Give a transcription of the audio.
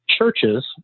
Churches